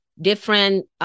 different